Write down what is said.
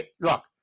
look